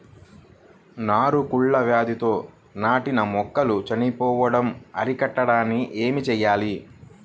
నారు కుళ్ళు వ్యాధితో నాటిన మొక్కలు చనిపోవడం అరికట్టడానికి ఏమి చేయాలి?